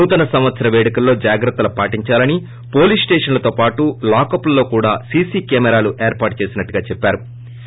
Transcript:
నూతన సంవత్సర పేడుకల్లో జాగ్రత్తలు పాటిందాలని పోలీసు స్టేషన్ల లో పాటు లాకప్లతో కూడా సీసీ కెమెరాలు ఏర్పాటు చేశామని అన్నారు